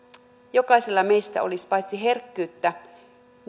jokaisella meistä olisi paitsi herkkyyttä